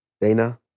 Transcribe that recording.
Dana